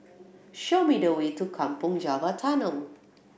show me the way to Kampong Java Tunnel